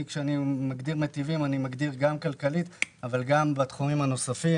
גם כלכלית וגם בתחומים הנוספים,